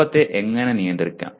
കോപത്തെ എങ്ങനെ നിയന്ത്രിക്കാം